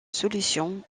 solutions